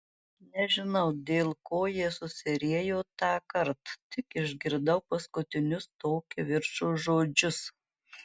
nežinau dėl ko jie susiriejo tąkart tik išgirdau paskutinius to kivirčo žodžius